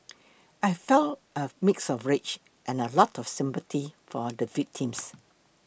I felt a mix of rage and a lot of sympathy for the victims